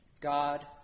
God